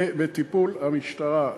זה בטיפול המשטרה.